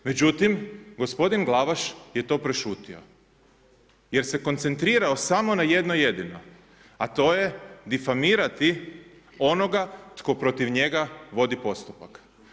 Međutim, gospodin Glavaš je to prešutio jer se koncentrirao samo na jedno jedino, a to je difamirati onoga tko protiv njega vodi postupak.